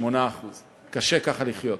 8%. קשה ככה לחיות.